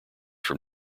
from